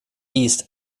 east